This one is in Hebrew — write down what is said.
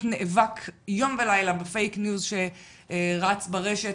נאבק יום ולילה בפייק ניוז שרץ ברשת,